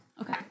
Okay